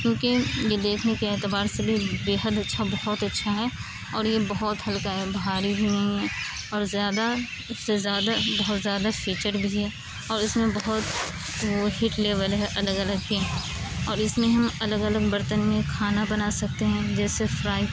کیونکہ یہ دیکھنے کے اعتبار سے بھی بے حد اچھا بہت اچھا ہے اور یہ بہت ہلکا ہے بھاری بھی نہیں ہے اور زیادہ اس سے زیادہ بہت زیادہ فیچر بھی ہے اور اس میں بہت ہیٹ لیول ہے الگ الگ کے اور اس میں ہم الگ الگ برتن میں کھانا بنا سکتے ہیں جیسے فرائی